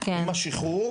עם השחרור